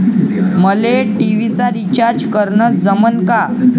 मले टी.व्ही चा रिचार्ज करन जमन का?